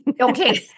Okay